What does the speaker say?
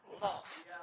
Love